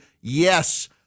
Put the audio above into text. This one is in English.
yes